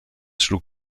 schlug